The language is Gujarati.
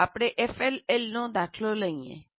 ચાલો આપણે એફએલએલ નો દાખલો લઈએ